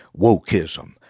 wokeism